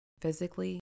physically